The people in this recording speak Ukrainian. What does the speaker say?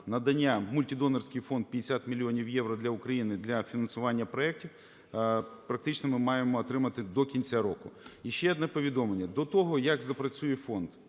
надання вМультидонорський фонд 50 мільйонів євро для України для фінансування проектів фактично ми маємо отримати до кінця року. І ще одне повідомлення. До того, як запрацює фонд,